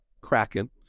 kraken